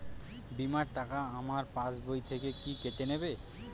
বিমার টাকা আমার পাশ বই থেকে কি কেটে নেবে?